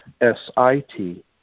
S-I-T